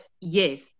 yes